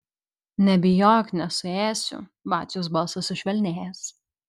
nebijok nesuėsiu vaciaus balsas sušvelnėjęs